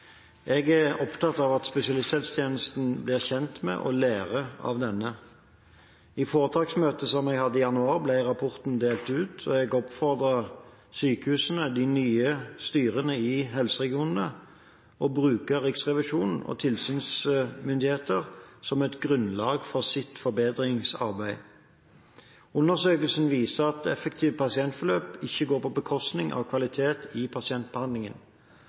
Jeg er opptatt av at spesialisthelsetjenesten blir kjent med og lærer av denne. I foretaksmøtet som jeg hadde i januar, ble rapporten delt ut, og jeg oppfordret sykehusene – de nye styrene i helseregionene – til å bruke rapporter fra Riksrevisjonen og tilsynsmyndigheter som grunnlag for sitt forbedringsarbeid. Undersøkelsen viser at effektive pasientforløp ikke går på bekostning av kvalitet i pasientbehandlingen.